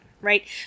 right